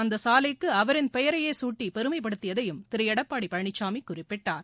அந்த சாலைக்கு அவரின் பெயரையே சூட்டி பெருமைப்படுத்தியதையும் திரு எடப்பாடி பழனிசாமி குறிப்பிட்டார்